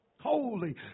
holy